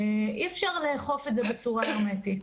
אי אפשר לאכוף את זה בצורה הרמטית.